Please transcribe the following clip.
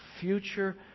future